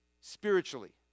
spiritually